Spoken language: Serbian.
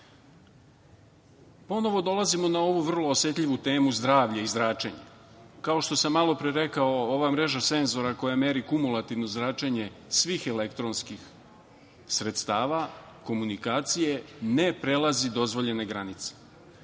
dolazimo na ovu vrlo osetljivu temu – zdravlje i zračenje. Kao što sam malopre rekao, ova mreža senzora koja meri kumulativno zračenje svih elektronskih sredstava komunikacije ne prelazi dozvoljene granice.